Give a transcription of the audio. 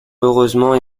heureusement